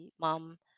mom